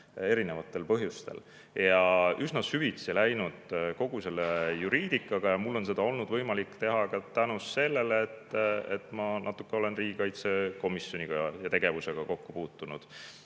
erinevatel põhjustel ja olen üsna süvitsi läinud kogu selle juriidikaga. Mul on olnud võimalik seda teha tänu sellele, et ma natuke olen riigikaitsekomisjoniga ja tema tegevusega kokku puutunud